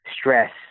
stress